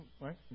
Right